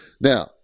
Now